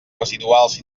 residuals